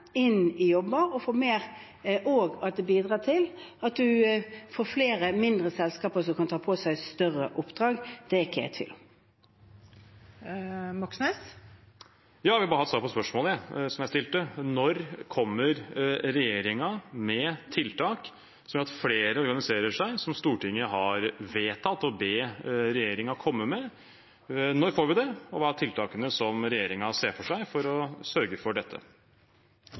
mindre selskaper som kan ta på seg større oppdrag. Det er jeg ikke i tvil om. Bjørnar Moxnes – til oppfølgingsspørsmål. Jeg vil bare ha et svar på spørsmålet som jeg stilte: Når kommer regjeringen med tiltak som gjør at flere organiserer seg, som Stortinget har vedtatt og bedt regjeringen komme med? Når får vi det, og hva er tiltakene som regjeringen ser for seg for å sørge for dette?